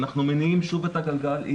אנחנו מניעים שוב את הגלגל.